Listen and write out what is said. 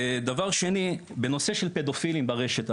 דבר שני, בנושא של פדופילים ברשת.